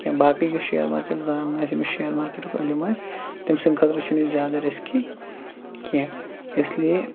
کیٚنٛہہ باقٕے یُس شِیر مارکیٚٹ زانان آسہِ ییٚمِس شِیر مارکیٚٹُک علم آسہِ تٔمۍ سٕنٛدِ خٲطرٕ چھُنہٕ یہِ زیادٕ رِسکی کیٚنٛہہ اس لیے